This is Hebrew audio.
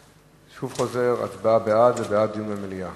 אני שוב חוזר ואומר שהצעה בעד היא בעד דיון במליאה.